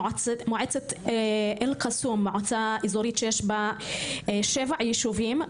מועצת אל קסום, מועצה אזורית שיש בה 7 ישובים.